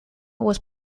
was